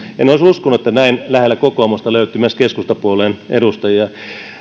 en olisi uskonut että näin lähellä kokoomusta löytyy myös keskustapuolueen edustajia